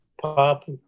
pop